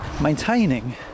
maintaining